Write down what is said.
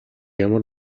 ямар